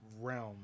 realm